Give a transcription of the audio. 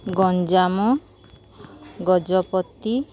Ganjam Gajapati